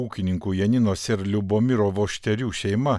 ūkininkų janinos ir liubomiro vošterių šeima